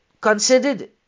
considered